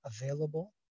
available